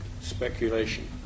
speculation